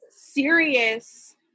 serious